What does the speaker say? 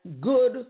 good